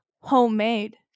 homemade